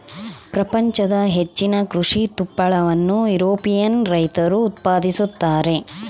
ಪ್ರಪಂಚದ ಹೆಚ್ಚಿನ ಕೃಷಿ ತುಪ್ಪಳವನ್ನು ಯುರೋಪಿಯನ್ ರೈತರು ಉತ್ಪಾದಿಸುತ್ತಾರೆ